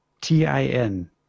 T-I-N